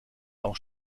auch